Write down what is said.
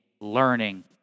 learning